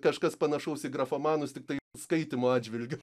kažkas panašaus į grafomanus tiktai skaitymo atžvilgiu